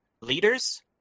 leaders